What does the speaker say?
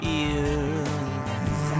ears